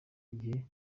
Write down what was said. igihe